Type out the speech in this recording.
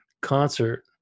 concert